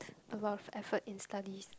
a lot of effort in studies